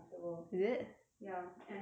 ya and I think it's on promotion